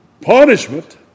Punishment